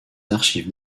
archives